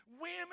Women